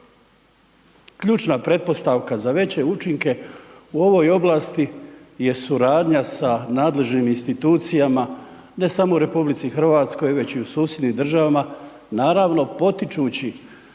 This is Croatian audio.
Ključna pretpostavka za veće učinke u ovoj oblasti je suradnja sa nadležnim institucijama ne samo u Republici Hrvatskoj, već i u susjednim državama naravno potičući